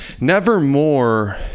Nevermore